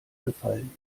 gefallen